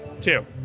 two